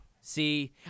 see